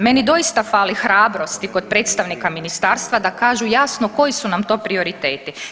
Meni doista fali hrabrosti kod predstavnika ministarstva da kažu jasno koji su nam to prioriteti.